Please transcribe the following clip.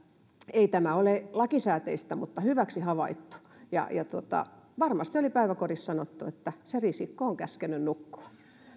ei se ole lakisääteistä mutta hyväksi havaittu varmasti oli päiväkodissa sanottu että se risikko on käskenyt nukkua